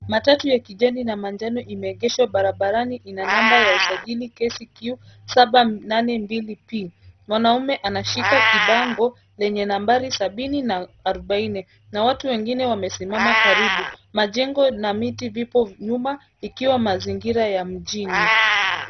Matatu ya majani na manjano imeegeshwa barabarani ina namba ya usajili KCQ 782P. Mwanaume anashika kibango lenye nambari sabini na arubaini na watu wenginewamesimama karibu. Majengo na miti vipo nyuma ikiwa mazingira ya mjini.